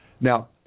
Now